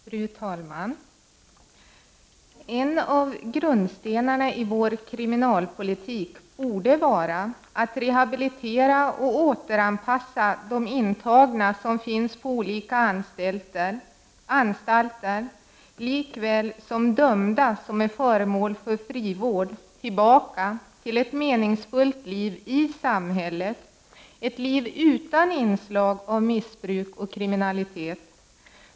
Fru talman! En av grundstenarna i vår kriminalpolitik borde vara att rehabilitera och återanpassa de intagna som finns på olika anstalter och de dömda som är föremål för frivård till ett meningsfullt liv i samhället, till ett liv utan inslag av missbruk och kriminalitet.